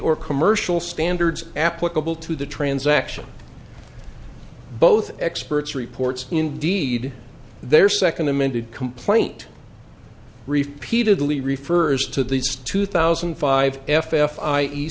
or commercial standards applicable to the transaction both experts reports indeed their second amended complaint repeated lee refers to these two thousand and five f f i e